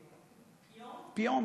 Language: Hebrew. פיון?